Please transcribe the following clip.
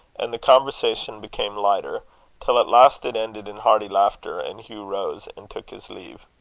and the conversation became lighter till at last it ended in hearty laughter, and hugh rose and took his leave.